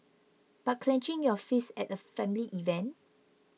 but clenching your fists at a family event